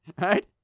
Right